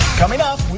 coming up.